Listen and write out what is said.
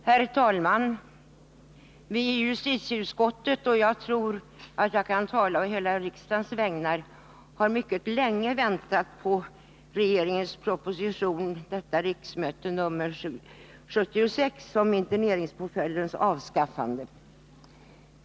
Herr talman! Vi som sitter i justitieutskottet, och jag tror att jag kan tala å hela riksdagens vägnar, har mycket länge väntat på regeringens proposition nr 76 om interneringspåföljdens avskaffande.